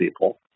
people